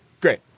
Great